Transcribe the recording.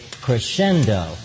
crescendo